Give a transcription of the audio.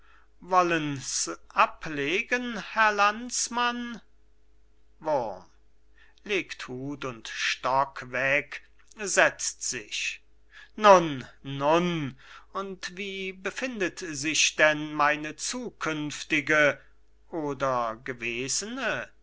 wollen's ablegen herr landsmann wurm legt hut und stock weg setzt sich nun nun und wie befindet sich denn meine zukünftige oder gewesene